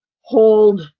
hold